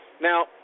Now